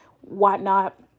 whatnot